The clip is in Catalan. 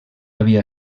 havia